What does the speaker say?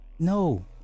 No